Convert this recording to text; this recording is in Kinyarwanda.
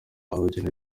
abageni